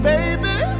Baby